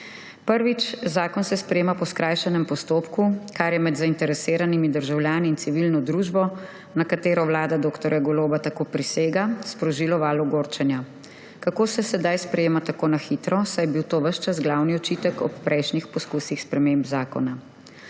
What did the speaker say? Prvič. Zakon se sprejema po skrajšanem postopku, kar je med zainteresiranimi državljani in civilno družbo, na katero vlada dr. Goloba tako prisega, sprožilo val ogorčenja. Kako se sedaj sprejema tako na hitro, saj je bil to ves čas glavni očitek ob prejšnjih poskusih sprememb zakona?